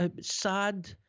sad